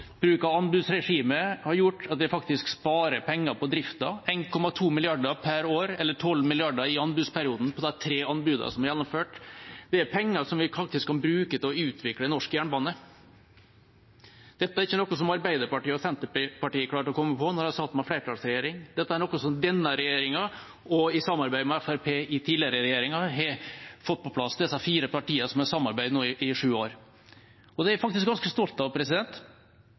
Bruk av anbudsregimet har gjort at vi faktisk sparer penger på drifta, 1,2 mrd. kr per år eller 12 mrd. kr i anbudsperioden på de tre anbudene som er gjennomført. Det er penger som vi faktisk kan bruke til å utvikle norsk jernbane. Dette er ikke noe som Arbeiderpartiet og Senterpartiet klarte å komme på da de satt med flertallsregjering. Dette er noe som denne regjeringa, i samarbeid med Fremskrittspartiet i tidligere regjeringer, har fått på plass – de fire partiene som har samarbeidet nå i sju år. Det er jeg faktisk ganske stolt av,